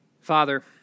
Father